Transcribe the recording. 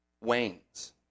wanes